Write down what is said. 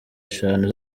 eshanu